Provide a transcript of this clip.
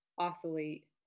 oscillate